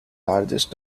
largest